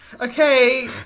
Okay